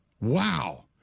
Wow